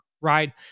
right